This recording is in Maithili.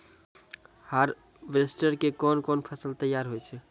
हार्वेस्टर के कोन कोन फसल तैयार होय छै?